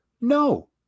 No